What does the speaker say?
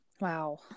Wow